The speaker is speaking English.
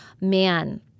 man